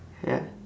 ya